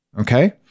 Okay